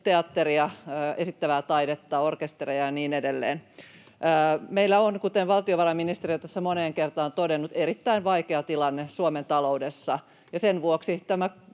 teatteria, esittävää taidetta, orkestereja ja niin edelleen. Meillä on, kuten valtiovarainministeri on tässä moneen kertaan todennut, erittäin vaikea tilanne Suomen taloudessa. Sen vuoksi tämä